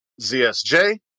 ZSJ